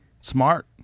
smart